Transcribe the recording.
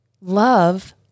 love